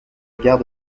gare